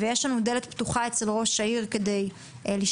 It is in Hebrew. ויש לנו דלת פתוחה אצל ראש העיר כדי לשמוע